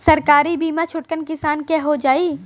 सरकारी बीमा छोटकन किसान क हो जाई?